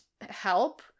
help